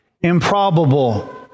improbable